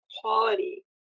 quality